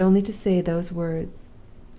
i had only to say those words,